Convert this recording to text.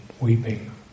weeping